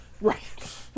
Right